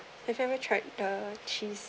if every track the cheese